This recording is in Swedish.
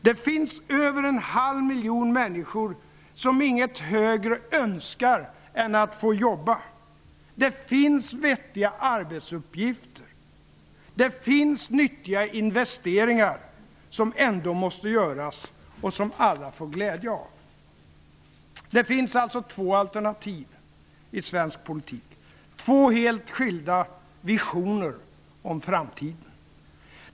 Det finns över en halv miljon människor som inget högre önskar än att få jobba. Det finns vettiga arbetsuppgifter, och det finns nyttiga investeringar, som ändå måste göras och som alla får glädje av. Fru talman! Det finns alltså två alternativ i svensk politik, två helt olika visioner om framtiden.